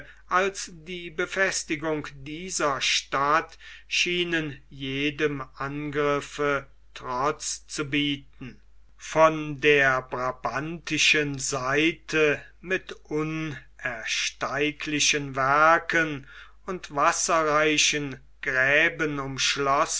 als die befestigung dieser stadt schienen jedem angriffe trotz zu bieten von der brabantischen seite mit unersteiglichen werken und wasserreichen gräben